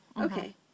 okay